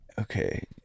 Okay